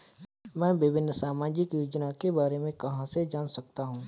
मैं विभिन्न सामाजिक योजनाओं के बारे में कहां से जान सकता हूं?